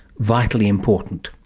vitally important.